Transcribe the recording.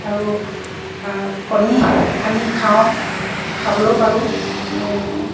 আৰু কণী আমি খাওঁ খাবলৈও পাৰোঁ